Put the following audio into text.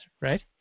right